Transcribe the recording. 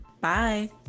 Bye